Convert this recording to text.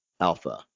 alpha